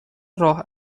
راه